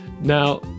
Now